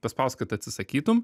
paspausk kad atsisakytum